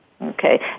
Okay